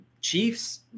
Chiefs